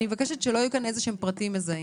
אבל אני מבקשת ממך שלא יהיו כאן איזה שהם פרטים מזהים.